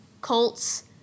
Colts